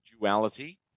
duality